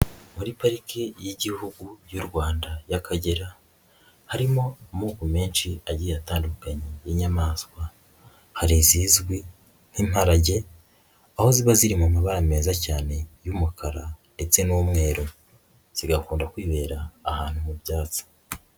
Muri parike y'igihugu y'u Rwanda y'Akagera harimo amoko menshi agiye atandukanye y'inyamaswa. Hari izizwi nk'imparage aho ziba ziri mu mabara meza cyane y'umukara ndetse n'umweru zigakunda kwibera ahantu mu byatsi.